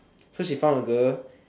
so she found a girl